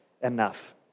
enough